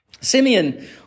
Simeon